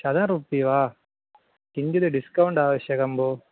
शतरूप्यकाणि वा किञ्चित् डिस्कौण्ट् आवश्यकं भोः